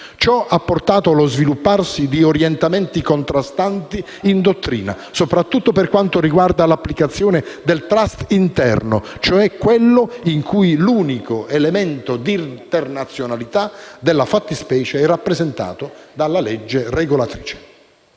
Ciò ha portato allo svilupparsi di orientamenti contrastanti in dottrina, soprattutto per quanto riguarda l'applicazione del *trust* interno, cioè quello in cui l'unico elemento d'internazionalità della fattispecie è rappresentato dalla legge regolatrice.